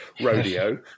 rodeo